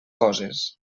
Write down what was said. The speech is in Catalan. coses